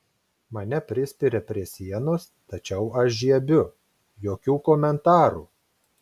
mane prispiria prie sienos tačiau aš žiebiu jokių komentarų